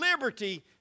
liberty